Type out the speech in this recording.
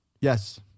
Yes